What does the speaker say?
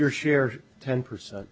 your share ten percent